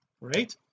right